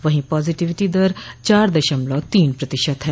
वहीं पॉजिटिविटी दर चार दशमलव तीन प्रतिशत है